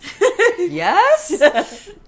Yes